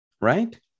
right